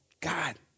God